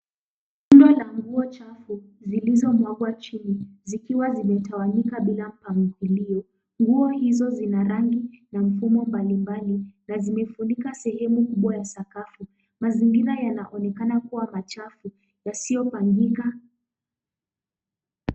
Rundo la nguo chafu zilizomwagwa chini zikiwa zimetawanyika bila mpangilio. Nguo hizo zina rangi na mfumo mbalimbali na zimefunika sehemu kubwa ya sakafu. Mazingira yanaonekana kuwa machafu na sio kalika.